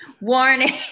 Warning